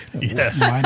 Yes